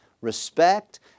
respect